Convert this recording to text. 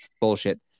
bullshit